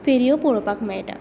फेऱ्यो पळोवपाक मेळटा